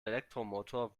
elektromotor